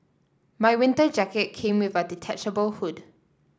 my winter jacket came with a detachable hood